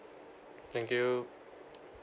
thank you